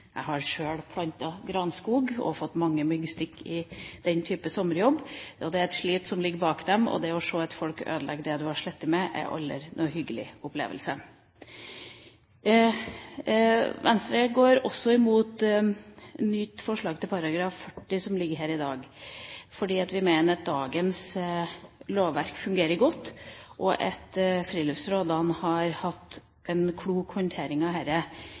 Jeg har sjøl plantet granskog og fått mange myggstikk i den type sommerjobb. Det er et slit som ligger bak dem, og det å se at folk ødelegger det du har slitt med, er aldri noen hyggelig opplevelse. Venstre går også imot nytt forslag til § 40 som ligger her i dag, fordi vi mener at dagens lovverk fungerer godt, og at friluftsrådene vil ha en klok håndtering av